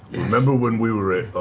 remember when we were at